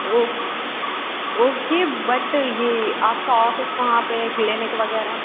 O okay but ये आपका office कहाँ पर है क्लिनिक वगैरह